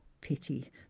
pity